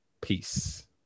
Peace